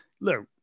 look